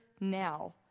now